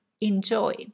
Enjoy